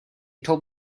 told